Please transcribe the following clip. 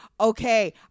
okay